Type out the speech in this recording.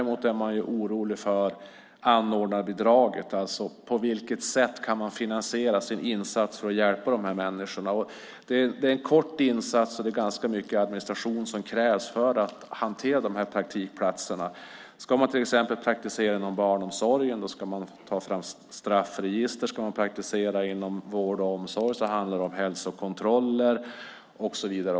Man är också orolig för anordnarbidraget och för hur man kan finansiera sin insats för att hjälpa människorna i fråga. Det är en kortvarig insats, men det krävs ganska mycket administration för att hantera de här praktikplatserna. Vid praktik inom barnomsorgen ska man ta fram straffregister. Vid praktik inom vård och omsorg handlar det om hälsokontroller och så vidare.